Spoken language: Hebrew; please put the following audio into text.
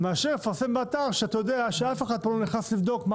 מאשר לפרסם באתר כשאתה יודע שאף אחד פה לא נכנס לבדוק.